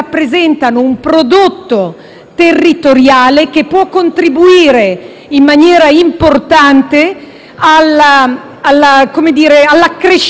territoriale che può contribuire in maniera importante all'accrescimento della redditività